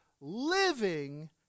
living